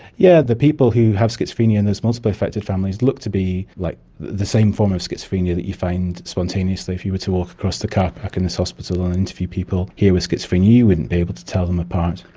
yeah the people who have schizophrenia in these multiply-affected families look to be like the same form of schizophrenia that you find spontaneously if you were to walk across the car park in this hospital and interview people here with schizophrenia you wouldn't be able to tell them apart.